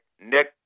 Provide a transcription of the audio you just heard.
Nick